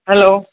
hello